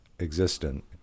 existent